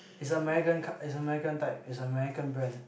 it's American com~ it's American type it's American brand